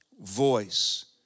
voice